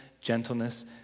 gentleness